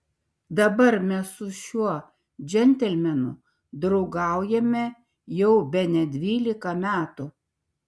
dabar mes su šiuo džentelmenu draugaujame jau bene dvylika metų